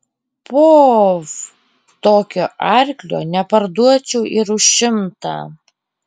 po v tokio arklio neparduočiau ir už šimtą